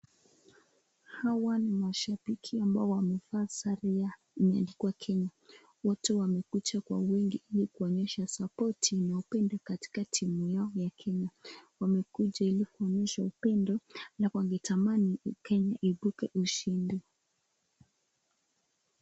Hawa ni mashabiki ambao wamevaa sare ya imeandikwa Kenya. Wote wamekuja kwa wingi ili kuonyesha sapoti na upendo katika timu yao ya Kenya. Wamekuja ili kuonyesha upendo na wangetamani Kenya ipuke ushindi.